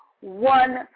one